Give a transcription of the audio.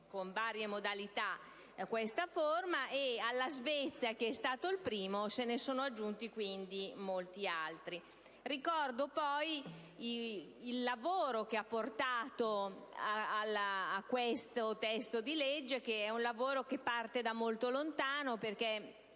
con varie modalità questa figura: alla Svezia, che è stato il primo, se ne sono aggiunti molti altri. Ricordo poi il lavoro che ha portato a questo testo di legge, che parte da molto lontano, perché